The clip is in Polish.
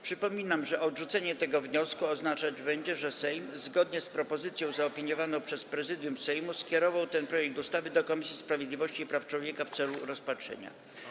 Przypominam, że odrzucenie tego wniosku oznaczać będzie, że Sejm, zgodnie z propozycją zaopiniowaną przez Prezydium Sejmu, skierował ten projekt ustawy do Komisji Sprawiedliwości i Praw Człowieka w celu rozpatrzenia.